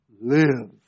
live